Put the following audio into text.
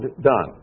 done